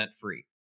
free